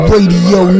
Radio